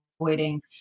avoiding